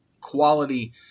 quality